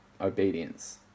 obedience